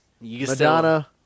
Madonna